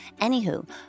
Anywho